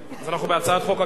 אני קובע שהצעת חוק-יסוד: